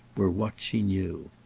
were what she knew.